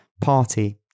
Party